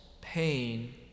pain